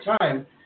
time